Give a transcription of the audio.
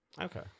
Okay